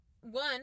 one